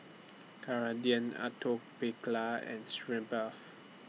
Ceradan Atopiclair and Sitz Bath